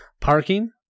Parking